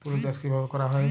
তুলো চাষ কিভাবে করা হয়?